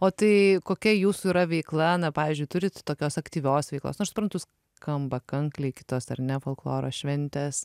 o tai kokia jūsų yra veikla na pavyzdžiui turit tokios aktyvios veiklos na aš suprantu skamba kankliai kitos ar ne folkloro šventės